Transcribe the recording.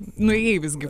nuėjai visgi